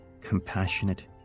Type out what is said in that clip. compassionate